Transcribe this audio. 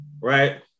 right